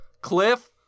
cliff